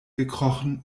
gekrochen